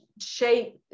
shape